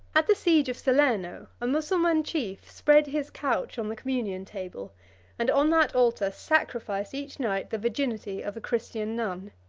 at the siege of salerno, a mussulman chief spread his couch on the communion-table, and on that altar sacrificed each night the virginity of a christian nun.